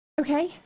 Okay